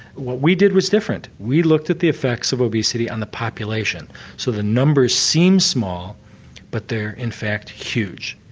what we did was different, we looked at the effects of obesity on the population so the numbers seem small but they're in fact huge.